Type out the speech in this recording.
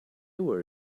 were